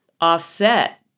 offset